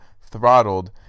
throttled